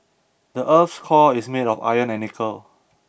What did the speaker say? the earth's core is made of iron and nickel